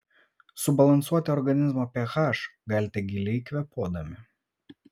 subalansuoti organizmo ph galite giliai kvėpuodami